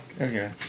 Okay